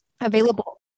available